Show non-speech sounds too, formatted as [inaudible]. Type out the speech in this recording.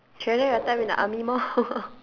treasure your time in the army more [laughs]